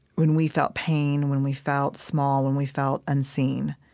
when we felt pain, when we felt small, when we felt unseen,